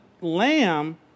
Lamb